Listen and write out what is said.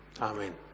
Amen